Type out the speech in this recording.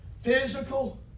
physical